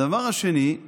הדבר השני הוא